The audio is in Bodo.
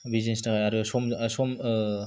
बिजनेसनि थाखाय आरो सम सम